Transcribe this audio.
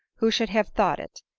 who should have thought it!